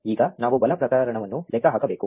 ಈಗ ನಾವು ಬಲ ಪ್ರಕರಣವನ್ನು ಲೆಕ್ಕ ಹಾಕಬೇಕು